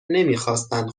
نمیخواستند